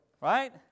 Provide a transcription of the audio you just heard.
Right